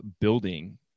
building